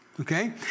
Okay